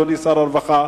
אדוני שר הרווחה,